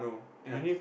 ya